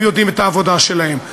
הם יודעים את העבודה שלהם.